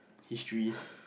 history